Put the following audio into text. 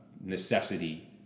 necessity